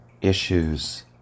issues